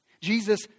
Jesus